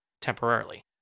temporarily